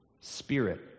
spirit